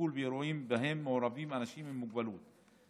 לטיפול באירועים שבהם מעורבים אנשים עם מוגבלות.